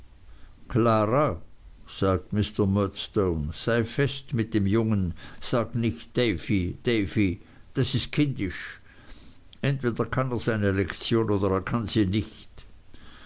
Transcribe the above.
klara sagt mr murdstone sei fest mit dem jungen sag nicht davy davy das ist kindisch entweder kann er seine lektion oder er kann sie nicht